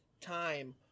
time